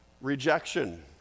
Rejection